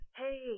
hey